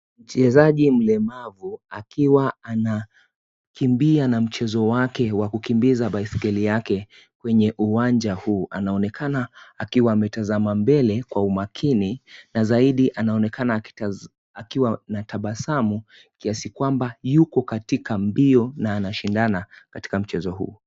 Mchezaji mlemavu, akiwa anakimbia na mchezo wake wa kukimbiza baiskeli yake kwenye uwanja huu. Anaonekana akiwa ametazama mbele kwa umakini na zaidi anaonekana akiwa akitabasamu kiasi kwamba yuko katika mbio na anashindana katika mchezo huu.